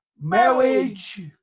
Marriage